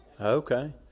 Okay